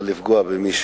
במישהו.